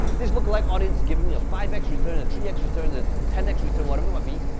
this lookalike audience is giving me a five x return, a three x return, the ten x return, whatever it might be.